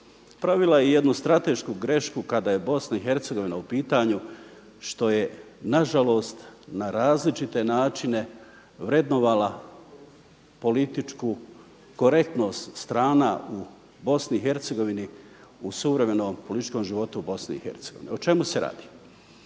pravila i jednu stratešku grešku kada je Bosna i Hercegovina u pitanju što je nažalost na različite načine vrednovala političku korektnost strana u Bosni i Hercegovini u suvremenom političkom životu u Bosni